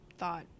thought